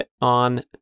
on